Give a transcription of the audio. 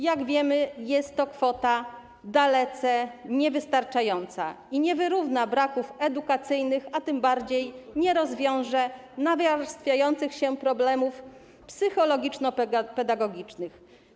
Jak wiemy, jest to kwota dalece niewystarczająca i nie wyrówna braków edukacyjnych, a tym bardziej nie rozwiąże nawarstwiających się problemów psychologiczno-pedagogicznych.